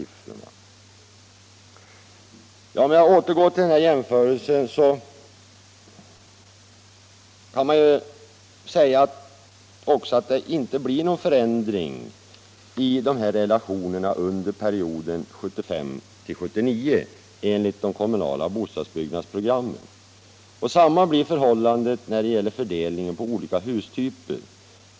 För att återgå till jämförelsen kan jag säga att det inte blir någon förändring i relationerna mellan flerfamiljshus och småhus under perioden 1975-1979 enligt de kommunala bostadsbyggnadsprogrammen. Samma blir förhållandet när det gäller fördelningen på olika hustyper.